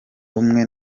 umwe